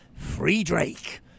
FreeDrake